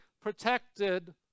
protected